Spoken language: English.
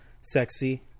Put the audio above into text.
Sexy